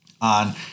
on